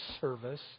service